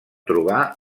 trobar